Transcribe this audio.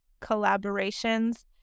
collaborations